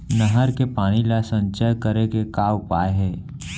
नहर के पानी ला संचय करे के का उपाय हे?